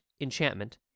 Enchantment